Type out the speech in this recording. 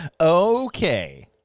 Okay